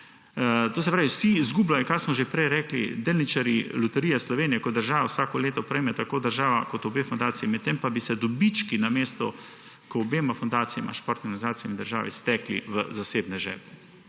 To se pravi, vsi izgubljajo. In kar smo že prej rekli, delničarji Loterije Slovenije, zdaj vsako leto sredstva prejmejo tako država kot obe fundaciji, v tem primeru pa bi se dobički namesto k obema fundacijama, športnim organizacijam in državi stekli v zasebne žepe.